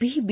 P B